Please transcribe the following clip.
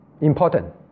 important